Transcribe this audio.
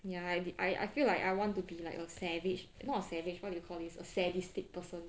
ya I did I I feel like I want to be like a savage not a savage what do you call this a sadistic person